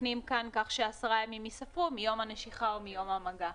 מתקנים כאן כך שעשרה ימים ייספרו מיום הנשיכה או מיום המגע.